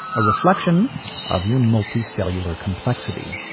a reflection of your multicellular complexity.